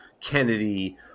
Kennedy